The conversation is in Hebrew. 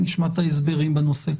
נשמע את ההסברים בנושא.